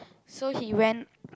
so he went